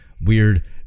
weird